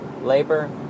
labor